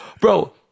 Bro